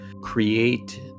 create